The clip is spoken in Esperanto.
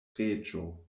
reĝo